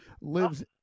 lives